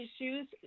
issues